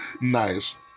nice